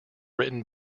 written